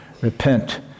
repent